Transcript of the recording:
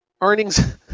Earnings